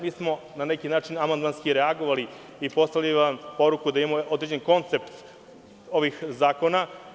Mi smo na neki način amandmanski reagovali i poslali vam poruku da imamo određen koncept ovih zakona.